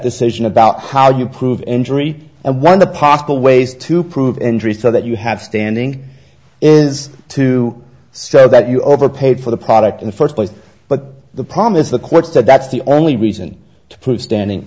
isn't about how you prove injury and one of the possible ways to prove injury so that you have standing is to say that you overpaid for the product in the first place but the problem is the courts that's the only reason to prove standing